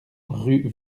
rue